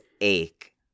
ache